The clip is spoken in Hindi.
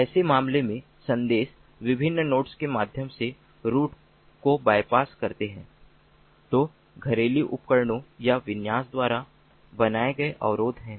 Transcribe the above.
ऐसे मामलों में संदेश विभिन्न नोड्स के माध्यम से रूट को बायपास करते हैं जो घरेलू उपकरणों या विन्यास द्वारा बनाए गए अवरोध हैं